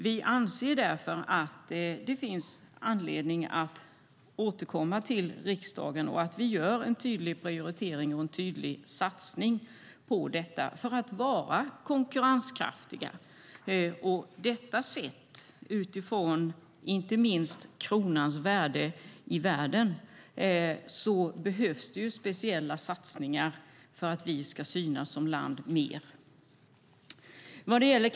Vi anser därför att det finns anledning för regeringen att återkomma till riksdagen och att vi bör göra en tydlig prioritering och en tydlig satsning på detta för att vara konkurrenskraftiga. Sett inte minst utifrån kronans värde i världen behövs det speciella satsningar för att vi ska synas mer som land.